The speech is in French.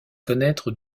connaître